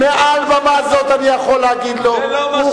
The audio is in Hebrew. מעל במה זאת אני יכול להגיד לו, זה לא מה שאמרתי.